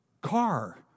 car